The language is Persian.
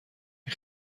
این